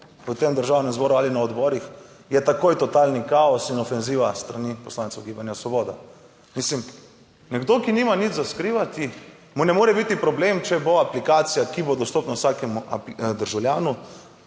v tem Državnem zboru ali na odborih, je takoj totalni kaos in ofenziva s strani poslancev Gibanja Svoboda. Mislim, nekdo, ki nima nič za skrivati, mu ne more biti problem. če bo aplikacija, ki bo dostopna vsakemu državljanu,